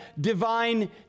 divine